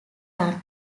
run